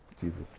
Jesus